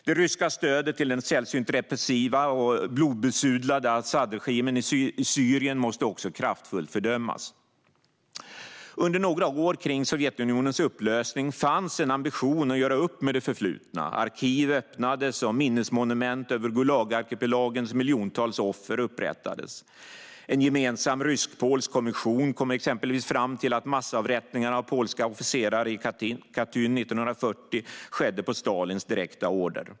Det ryska stödet till den sällsynt repressiva och blodbesudlade Asadregimen i Syrien måste också kraftfullt fördömas. Under några år kring Sovjetunionens upplösning fanns en ambition att göra upp med det förflutna. Arkiv öppnades, och minnesmonument över Gulagarkipelagens miljontals offer upprättades. En gemensam rysk-polsk kommission kom fram till att massavrättningarna av polska officerare i Katyn 1940 skedde på Stalins direkta order.